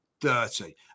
dirty